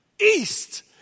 east